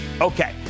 Okay